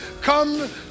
come